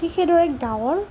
ঠিক সেইদৰে গাঁৱৰ